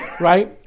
Right